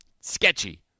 sketchy